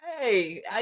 Hey